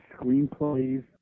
screenplays